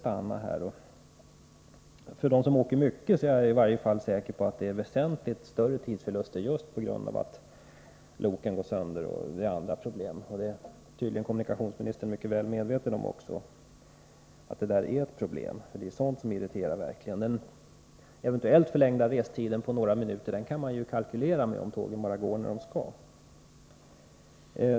Jag är säker på att de som åker mycket drabbas av väsentligt större tidsförluster på grund av att loken går sönder eller på grund av liknande problem. Kommunikationsministern är tydligen mycket väl medveten om att det är sådana problem som verkligen irriterar. Den eventuellt förlängda restiden på några minuter kan man ju kalkylera med, om tågen verkligen går som de skall.